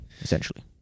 essentially